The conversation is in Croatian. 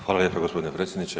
Hvala lijepo gospodine predsjedniče.